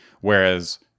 whereas